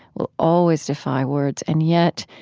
will always defy words, and yet,